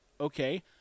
okay